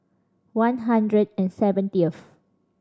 one hundred and seventieth